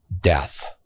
death